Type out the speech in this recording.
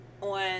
on